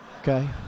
Okay